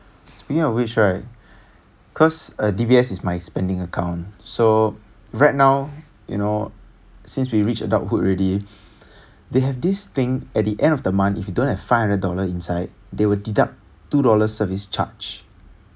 speaking of which right cause D_B_S is my spending account so right now you know since we reach adulthood already they have this thing at the end of the month if you don't have five hundred dollars inside they will deduct two dollars service charge